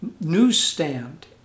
newsstand